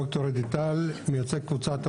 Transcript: ד"ר אדוארד טל, מייצג קבוצת אדום.